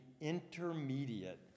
intermediate